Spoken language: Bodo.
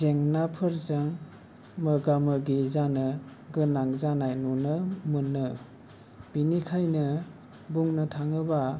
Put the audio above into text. जेंनाफोरजों मोगा मोगि जानो गोनां जानाय नुनो मोनो बेनिखायनो बुंनो थाङोबा